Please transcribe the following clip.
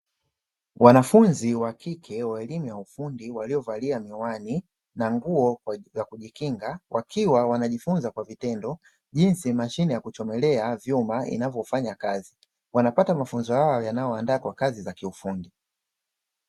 Wanafunzi wa kike wa elimu ya ufundi waliovalia miwani na nguo ya kujikinga, wakiwa wanajifunza kwa vitendo jinsi mashine ya kuchomelea vyuma inavofanyakazi. Wanapata mafunzo hayo yanayowaandaa kwa kazi za kiufundi.